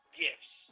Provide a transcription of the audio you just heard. gifts